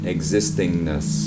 Existingness